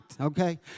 okay